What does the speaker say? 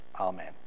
Amen